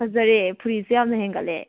ꯐꯖꯩꯌꯦ ꯐꯨꯔꯤꯁꯨ ꯌꯥꯝꯅ ꯍꯦꯟꯒꯠꯂꯦ